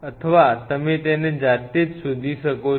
અથવા તમે તેને જાતે જ શોધી શકો છો